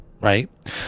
right